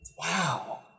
Wow